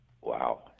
Wow